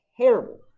terrible